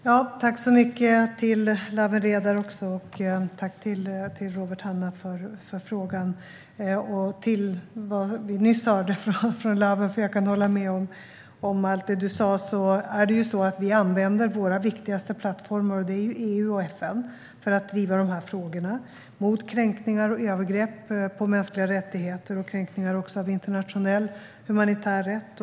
Herr talman! Jag tackar Lawen Redar och Robert Hannah. Jag håller med om det som Lawen Redar just sa. Vi använder våra viktigaste plattformar, EU och FN, för att driva på i dessa frågor - mot kränkningar och övergrepp på mänskliga rättigheter och kränkningar av internationell humanitär rätt.